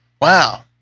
Wow